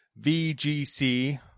VGC